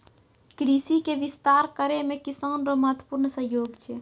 कृषि के विस्तार करै मे किसान रो महत्वपूर्ण सहयोग छै